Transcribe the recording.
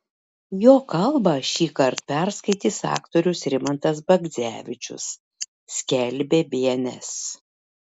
jo kalbą šįkart perskaitys aktorius rimantas bagdzevičius skelbė bns